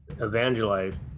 evangelize